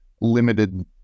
limited